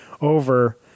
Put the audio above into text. over